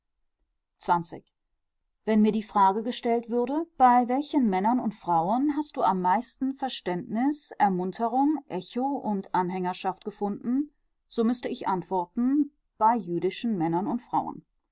wenn mir die frage gestellt würde bei welchen männern und frauen hast du am meisten verständnis ermunterung echo und anhängerschaft gefunden so müßte ich antworten bei jüdischen männern und frauen